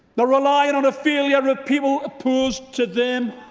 they're relying on a failure of people opposed to them.